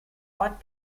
ort